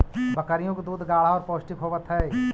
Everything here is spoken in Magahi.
बकरियों के दूध गाढ़ा और पौष्टिक होवत हई